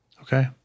Okay